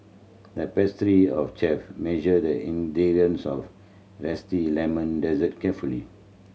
the pastry of chef measured the zesty lemon dessert carefully